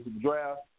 draft